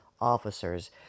Officers